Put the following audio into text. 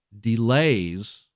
delays